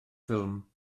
ffilm